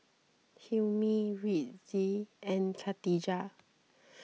Hilmi Rizqi and Katijah